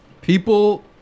People